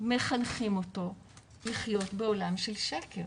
מחנכים אותו לחיות בעולם של שקר.